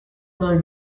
vingt